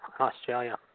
Australia